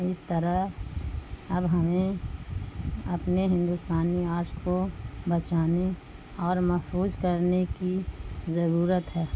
اس طرح اب ہمیں اپنے ہندوستانی آرٹس کو بچانے اور محفوظ کرنے کی ضرورت ہے